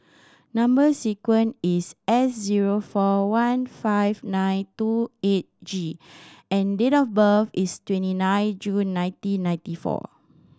number sequence is S zero four one five nine two eight G and date of birth is twenty nine June nineteen ninety four